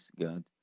God